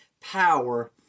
power